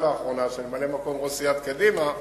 לאחרונה של ממלא-מקום ראש סיעת קדימה,